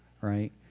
right